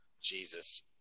Jesus